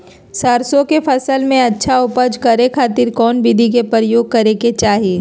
सरसों के फसल में अच्छा उपज करे खातिर कौन विधि के प्रयोग करे के चाही?